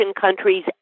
countries